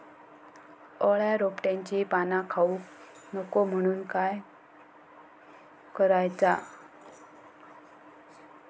अळ्या रोपट्यांची पाना खाऊक नको म्हणून काय करायचा?